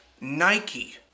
Nike